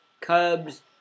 Cubs